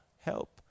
help